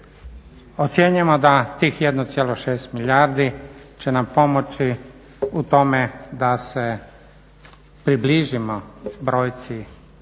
Ocjenjujemo da tih 1,6 milijardi će nam pomoći u tome da se približimo brojci